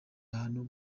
hantu